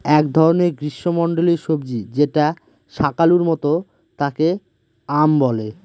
এক ধরনের গ্রীস্মমন্ডলীয় সবজি যেটা শাকালুর মত তাকে য়াম বলে